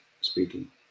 speaking